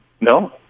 No